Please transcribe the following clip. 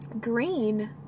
green